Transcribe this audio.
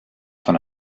von